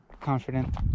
confident